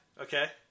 Okay